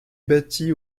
bâtie